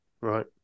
right